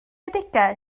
adegau